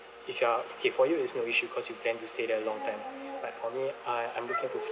if you are okay for you is no issue cause you plan to stay there a long time like for me I I'm looking out to